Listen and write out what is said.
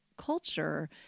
culture